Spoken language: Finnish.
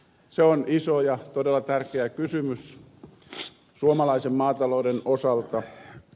se on iso ja todella tärkeä kysymys suomalaisen maatalouden osalta